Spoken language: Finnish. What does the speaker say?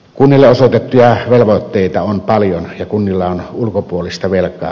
kunnille osoitettuja velvoitteita on paljon ja kunnilla on ulkopuolista velkaa